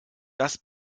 das